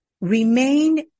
remain